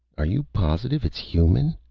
are you positive it's human?